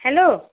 hello